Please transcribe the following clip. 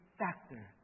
factor